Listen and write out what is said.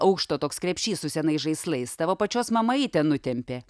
aukšto toks krepšys su senais žaislais tavo pačios mama jį ten nutempė